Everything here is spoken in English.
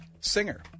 singer